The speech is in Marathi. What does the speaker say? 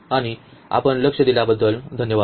आणि आपण लक्ष दिल्याबद्दल धन्यवाद